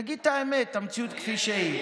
תגיד את האמת, את המציאות כפי שהיא.